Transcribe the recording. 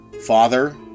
Father